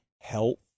health